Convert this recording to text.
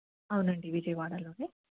అవునండి విజయవాడలోనే